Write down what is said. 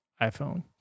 iPhone